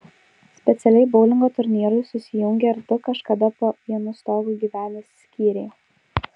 specialiai boulingo turnyrui susijungė ir du kažkada po vienu stogu gyvenę skyriai